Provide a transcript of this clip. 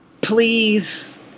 Please